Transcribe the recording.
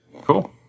Cool